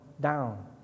down